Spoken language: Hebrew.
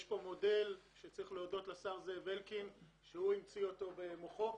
יש פה מודל שהשר זאב אלקין המציא במוחו.